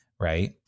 right